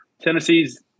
Tennessee's